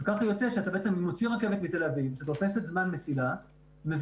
ככה יוצא שאתה מוציא רכבת מתל אביב שתופסת זמן מסילה ואז,